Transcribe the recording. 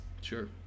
Sure